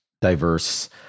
diverse